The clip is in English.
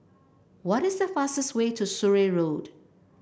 what is the fastest way to Surrey Road